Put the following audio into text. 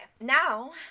now